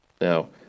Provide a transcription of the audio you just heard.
Now